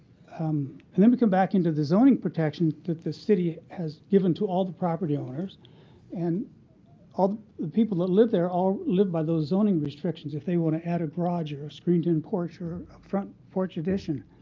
um and but come back into the zoning protection that the city has given to all the property owners and all the people that lived there all lived by those zoning restrictions. if they want to add a garage or a screened-in porch or front porch edition.